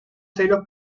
serios